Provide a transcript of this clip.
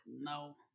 No